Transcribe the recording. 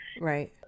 Right